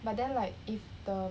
but then like if the